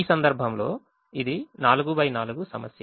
ఈ సందర్భంలో ఇది 4 x 4 సమస్య